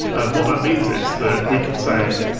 and what that means is that we can say,